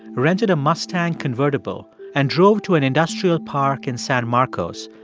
rented a mustang convertible and drove to an industrial park in san marcos,